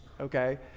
okay